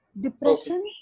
Depression